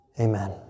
amen